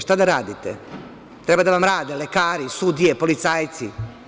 Šta da radite, treba da vam rade lekari, sudije, policajci?